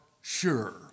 sure